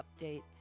update